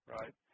right